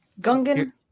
Gungan